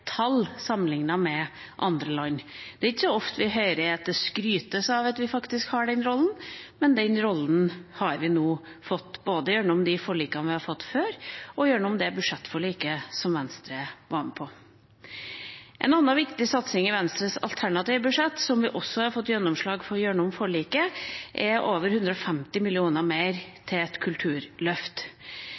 tall sammenlignet med andre land. Det er ikke så ofte vi hører det skrytes av at vi faktisk har den rollen, men den rollen har vi nå fått – både gjennom de forlikene vi har fått før, og gjennom det budsjettforliket som Venstre var med på. En annen viktig satsing i Venstres alternative budsjett, som vi også har fått gjennomslag for gjennom forliket, er over 150 mill. kr mer til et kulturløft.